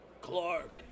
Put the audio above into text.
Clark